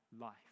life